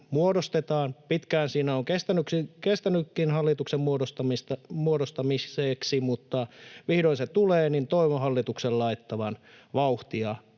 muodostetaan — pitkään siinä on kestänytkin hallituksen muodostamiseksi, mutta kun vihdoin se tulee — laittavan vauhtia